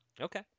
okay